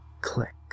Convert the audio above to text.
click